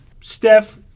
Steph